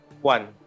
One